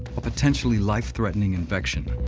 a potentially life-threatening infection.